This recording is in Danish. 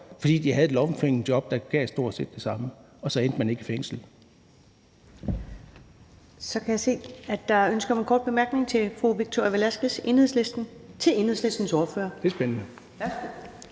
fordi de havde et lommepengejob, der gav stort set det samme, og så endte de ikke i fængsel.